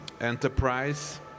enterprise